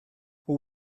what